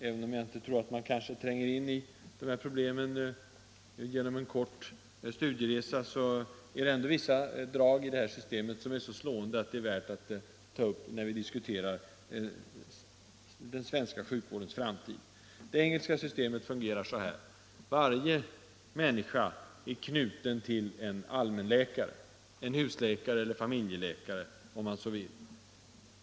Även om man kanske inte tränger in i dessa problem genom en kort studieresa, är det ändå vissa drag i systemet som är så slående att de är värda att nämna när vi diskuterar den svenska sjukvårdens framtid. Det engelska systemet fungerar så här. Varje människa är knuten till en allmänläkare — husläkare eller familjeläkare om man så vill.